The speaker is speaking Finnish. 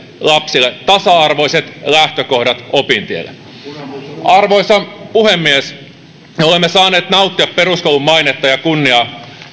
lapsille tasa arvoiset lähtökohdat opintielle arvoisa puhemies me olemme saaneet nauttia peruskoulun mainetta ja kunniaa